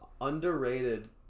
underrated